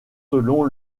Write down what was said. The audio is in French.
selon